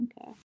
Okay